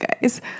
guys